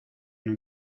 nous